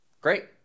great